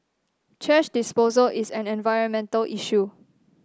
thrash disposal is an environmental issue